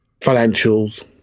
financials